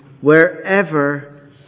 wherever